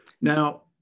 Now